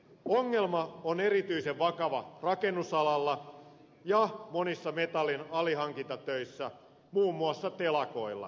ongelma on erityisen vakava rakennusalalla ja monissa metallin alihankintatöissä muun muassa telakoilla